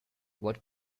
what